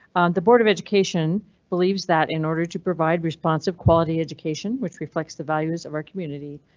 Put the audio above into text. the board of education believes that in order to provide responsive quality education, which reflects the values of our community,